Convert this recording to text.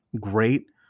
great